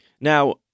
Now